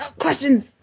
Questions